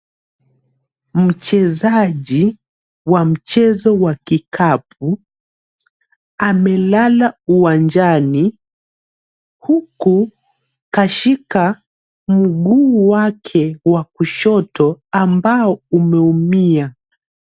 Mchezaji wa mchezo wa kikapu amelala uwanjani huku kashika mguu wake wa kushoto ambao umeumia.